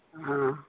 হুম